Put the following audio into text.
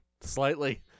slightly